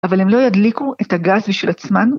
אבל הם לא ידליקו את הגז בשביל עצמן...